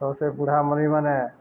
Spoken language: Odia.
ତ ସେ ବୁଢ଼ାମଣିିମାନେ